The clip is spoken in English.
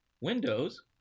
Windows